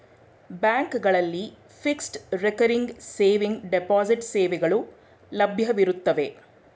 ಬ್ಯಾಂಕ್ಗಳಲ್ಲಿ fixed, recurring saving, deposit ಸೇವೆಗಳು ಲಭ್ಯವಿರುತ್ತವೆ